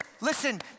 listen